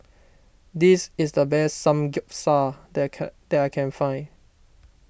this is the best Samgeyopsal that I can that I can find